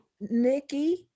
Nikki